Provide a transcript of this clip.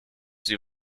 sie